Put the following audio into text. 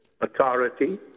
authority